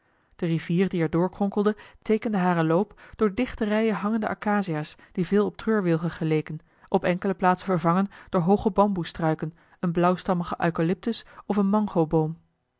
de rivier die er door kronkelde teekende haren loop door dichte rijen hangende acacia's die veel op treurwilgen geleken op enkele plaatsen vervangen door hooge bamboesstruiken een blauwstammigen eucalyptus of een